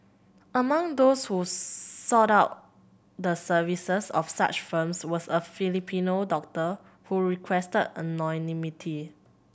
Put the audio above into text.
among those who sought out the services of such firms was a Filipino doctor who requested anonymity